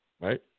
right